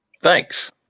Thanks